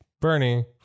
Bernie